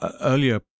earlier